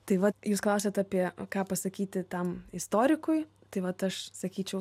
tai vat jūs klausiat apie ką pasakyti tam istorikui tai vat aš sakyčiau